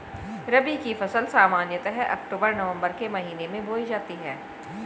रबी की फ़सल सामान्यतः अक्तूबर नवम्बर के महीने में बोई जाती हैं